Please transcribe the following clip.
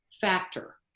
factor